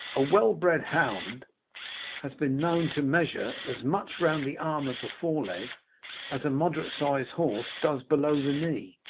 a well-bred hound has been known to measure as much round the arm of the fore-leg as a moderate-sized horse does below the knee.